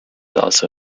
also